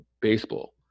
baseball